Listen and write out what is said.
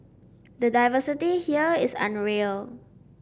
the diversity here is unreal